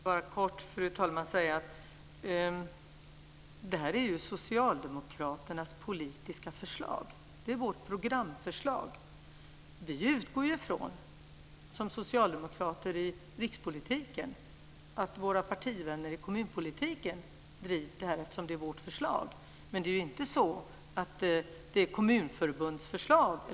Fru talman! Låt mig kort säga att det här är ju socialdemokraternas politiska förslag. Det är vårt programförslag. Vi utgår som socialdemokrater i rikspolitiken från att våra partivänner i kommunpolitiken driver det här, eftersom det är vårt förslag. Det är inte så att det är ett kommunförbundsförslag.